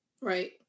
Right